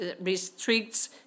restricts